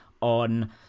on